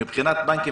שמבחינת בנקים,